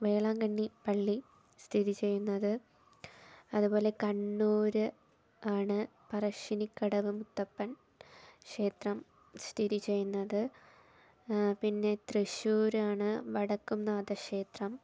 വേളാങ്കണ്ണി പള്ളി സ്ഥിതി ചെയ്യുന്നത് അതുപോലെ കണ്ണൂർ ആണ് പറശ്ശിനികടവ് മുത്തപ്പൻ ക്ഷേത്രം സ്ഥിതി ചെയ്യുന്നത് പിന്നെ തൃശൂരാണ് വടക്കുംനാഥ ക്ഷേത്രം